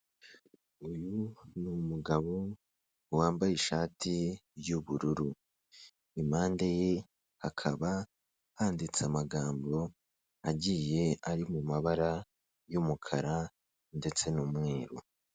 Uyu ni umugabo wambaye ishati y'ubururu. Impande ye hakaba handitse amagambo agiye ari mu mabara y'umukara ndetse n'umweru.